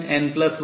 202